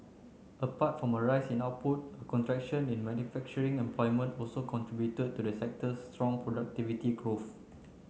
apart from a rise in output a contraction in manufacturing employment also contributed to the sector's strong productivity growth